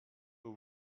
aux